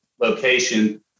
location